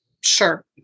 Sure